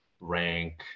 rank